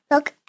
Look